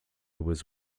was